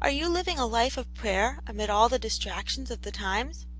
are you living a life of prayer amid all the distractions of the times